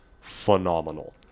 phenomenal